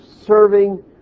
serving